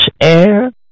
air